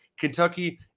Kentucky